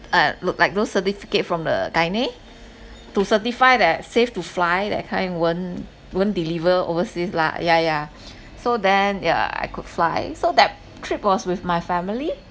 uh look like those certificate from the gynae to certify that safe to fly that kind won't won't deliver overseas lah yeah yeah so then yeah I could fly so that trip was with my family